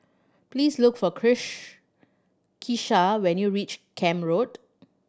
please look for Kisha when you reach Camp Road